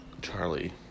Charlie